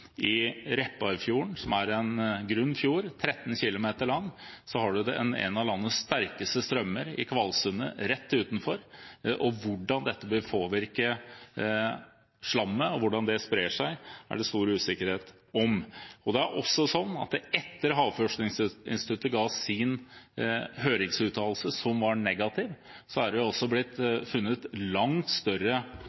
I Repparfjorden – som er en grunn fjord og 13 km lang – har en en av landets sterkeste strømmer i Kvalsundet rett utenfor. Hvordan dette vil påvirke slammet, og hvordan det sprer seg, er det stor usikkerhet om. Det er også sånn at etter at Havforskningsinstituttet ga sin høringsuttalelse, som var negativ, er det blitt